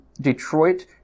Detroit